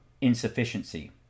insufficiency